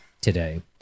today